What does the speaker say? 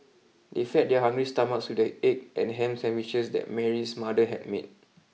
they fed their hungry stomachs with the egg and ham sandwiches that Mary's mother had made